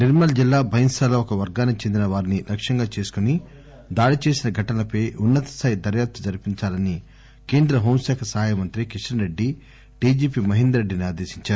నిర్మల్ జిల్లా బైంసాలో ఒక వర్గానికి చెందిన వారిని లక్ష్యంగా చేసుకొని దాడి చేసిన ఘటనలపై ఉన్న తస్థాయి ధర్యాప్తు జరిపించాలని కేంద్ర హోంశాఖ సహాయమంత్రి కిషన్ రెడ్డి డిజిపి మహేందర్ రెడ్డిని ఆదేశించారు